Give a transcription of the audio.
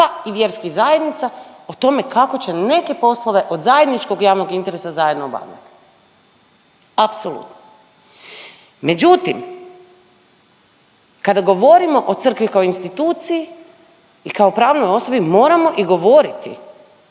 i vjerskih zajednica o tome kako će neke poslove od zajedničkog javnog interesa zajedno obavljati, apsolutno. Međutim, kada govorimo o crkvi kao instituciji i kao pravnoj osobi moramo i govoriti